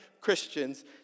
Christians